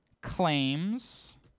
claims